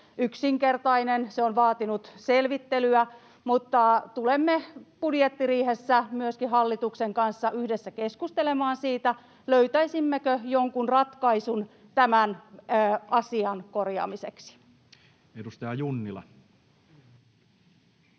yksinkertainen. Se on vaatinut selvittelyä, mutta tulemme budjettiriihessä myöskin hallituksen kanssa yhdessä keskustelemaan siitä, löytäisimmekö jonkun ratkaisun tämän asian korjaamiseksi. Edustaja Junnila.